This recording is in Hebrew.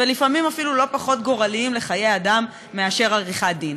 ולפעמים אפילו לא פחות גורליים לחיי אדם מאשר עריכת דין.